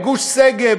גוש-שגב,